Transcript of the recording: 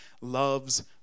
loves